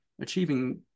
achieving